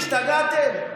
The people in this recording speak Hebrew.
השתגעתם?